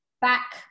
back